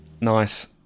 nice